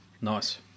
Nice